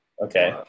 okay